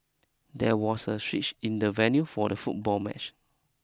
there was a switch in the venue for the football match